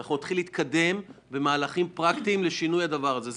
אנחנו נתחיל להתקדם במהלכים פרקטיים לשינוי הדבר הזה.